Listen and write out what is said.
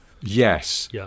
Yes